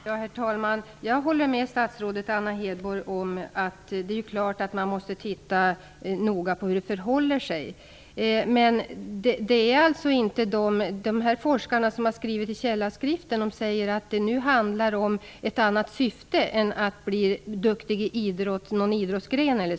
Herr talman! Jag håller med statsrådet Anna Hedborg om att man måste titta noga på hur det förhåller sig. Men de forskare som skrivit i Källa säger att det nu handlar om ett annat syfte än att bli duktig i någon idrottsgren.